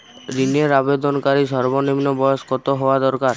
ঋণের আবেদনকারী সর্বনিন্ম বয়স কতো হওয়া দরকার?